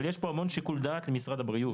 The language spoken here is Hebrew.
אבל יש פה המון שיקול דעת למשרד הבריאות.